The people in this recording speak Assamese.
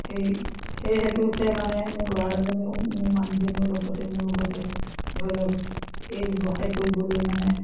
সেই সেই হেতুকে মানে মোৰ ল'ৰাজনেও মোৰ মানুহজনেও লগতে মোৰ লগতে ধৰি লওক এই ব্যৱসায় কৰিবলৈ মানে